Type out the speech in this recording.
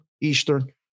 Eastern